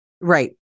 Right